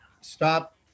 Stop